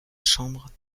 chambre